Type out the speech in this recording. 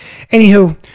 Anywho